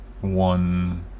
one